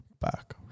back